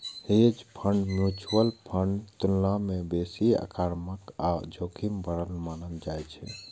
hedge fund mutual फंडक तुलना मे बेसी आक्रामक आ जोखिम भरल मानल जाइ छै